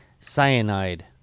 cyanide